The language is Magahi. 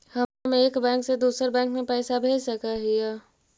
हम एक बैंक से दुसर बैंक में पैसा भेज सक हिय?